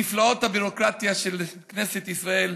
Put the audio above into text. נפלאות הביורוקרטיה של כנסת ישראל,